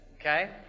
Okay